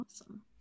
awesome